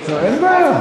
אין בעיה.